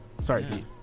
Sorry